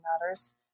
matters